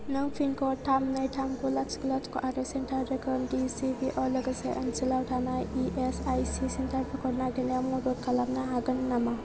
नों पिनकड थाम नै थाम गु लाथिख' लाथिख' आरो सेन्टार रोखोम डिसिबिअ जों लोगोसे ओनसोलाव थानाय इएसआइसि सेन्टारफोरखौ नागिरनायाव मदद खालामनो हागोन नामा